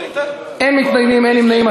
אין מתנגדים, אין נמנעים.